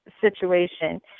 situation